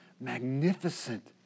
magnificent